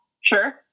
Sure